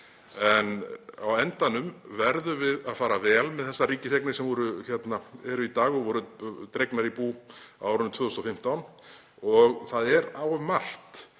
Á endanum verðum við að fara vel með þessar ríkiseignir sem eru í dag og voru dregnar í bú á árinu 2015. Það er margt